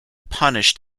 punished